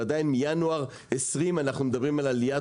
ועדיין מינואר 20' אנחנו מדברים על עליית